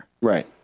Right